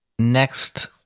Next